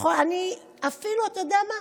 אתה יודע מה,